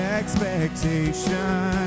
expectations